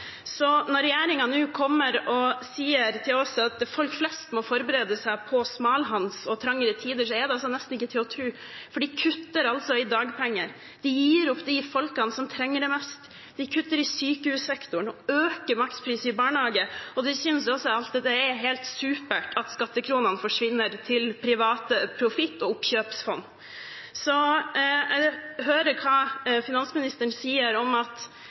så når regjeringen nå kommer og sier til oss at folk flest må forberede seg på smalhans og trangere tider, er det nesten ikke til å tro, for de kutter altså i dagpenger, de gir opp de folkene som trenger det mest, de kutter i sykehussektoren og øker maksprisen i barnehagen, og de synes det er helt supert at skattekronene forsvinner til privat profitt og oppkjøpsfond. Jeg hører hva finansministeren sier om at